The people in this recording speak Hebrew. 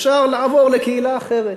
אפשר לעבור לקהילה אחרת,